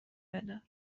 بدار